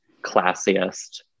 classiest